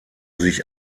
sich